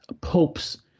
popes